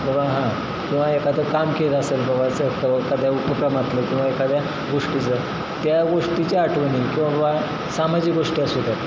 बाबा हां किंवा एखादं काम केलं असेल बाबा चल एखाद्या उपक्रमातलं किंवा एखाद्या गोष्टीचं त्या गोष्टीच्या आठवणी की बाबा सामाजिक गोष्टी असू द्या